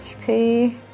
HP